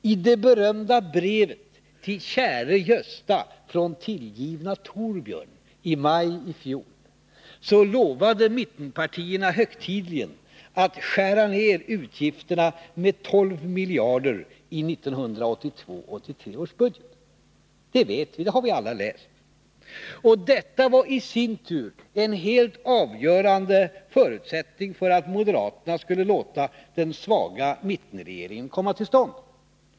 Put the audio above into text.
I det berömda brevet till Käre Gösta från Tillgivne Thorbjörn i maj i fjol lovade mittenpartierna högtidligen att skära ner utgifterna med 12 miljarder i 1982/83 års budget — det vet vi, och det har vi alla läst om. Detta var en helt avgörande förutsättning för att moderaterna skulle låta den svaga mittenregeringen komma till stånd.